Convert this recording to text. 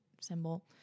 symbol